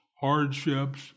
hardships